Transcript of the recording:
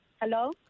Hello